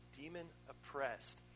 demon-oppressed